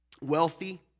wealthy